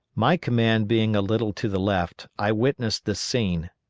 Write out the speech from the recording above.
my command being a little to the left, i witnessed this scene,